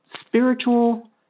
spiritual